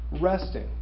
Resting